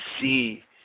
See